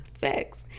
facts